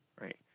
right